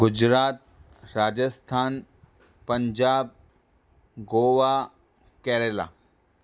Gujarat Rajasthan Punjab Goa Kerala